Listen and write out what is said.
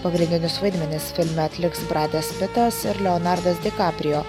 pagrindinius vaidmenis filme atliks bradas pitas ir leonardas dikaprio